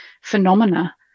phenomena